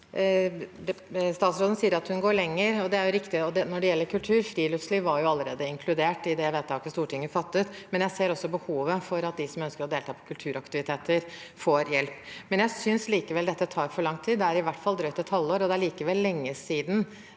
Statsråden sier at hun går lenger, og det er riktig når det gjelder kultur. Friluftsliv var jo allerede inkludert i det vedtaket Stortinget fattet, men jeg ser også behovet for at de som ønsker å delta i kulturaktiviteter, får hjelp. Jeg synes likevel dette tar for lang tid – det er i hvert fall drøyt et halvår fram i tid. Det er likevel lenge siden